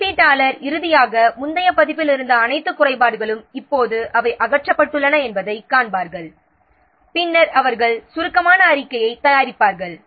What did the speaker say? மதிப்பீட்டாளர் இறுதியாக முந்தைய பதிப்பில் இருந்த அனைத்து குறைபாடுகளும் இப்போது அவை அகற்றப்பட்டுள்ளன என்பதைக் காண்பார்கள் பின்னர் அவர்கள் சுருக்கமான அறிக்கையைத் தயாரிப்பார்கள்